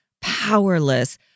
powerless